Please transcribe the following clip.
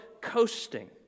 coasting